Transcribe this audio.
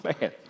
man